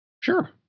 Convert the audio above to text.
Sure